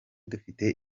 dufite